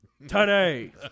today